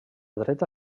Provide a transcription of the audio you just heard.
dreta